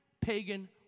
pagan